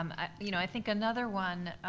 um you know i think another one